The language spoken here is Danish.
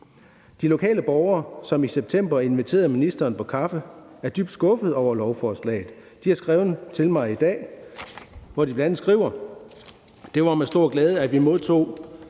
De lokale borgere, som i september inviterede ministeren på kaffe, er dybt skuffede over lovforslaget. De har skrevet til mig i dag. Bl.a. skriver de: Det var med stor glæde, at vi modtog